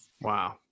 Wow